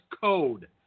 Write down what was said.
code